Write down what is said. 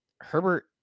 Herbert